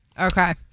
Okay